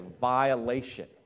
violation